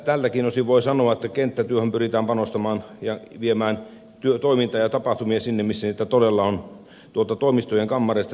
tältäkin osin voi sanoa että kenttätyöhön pyritään panostamaan ja viemään toimintaa ja tapahtumia sinne missä niitä todella on tuolta toimistojen kammareista sinne kentälle